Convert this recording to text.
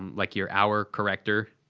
like your hour-corrector